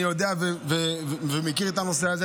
אני יודע ומכיר את הנושא הזה,